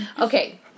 Okay